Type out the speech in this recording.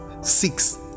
six